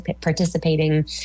participating